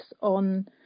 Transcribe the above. on